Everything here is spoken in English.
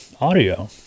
audio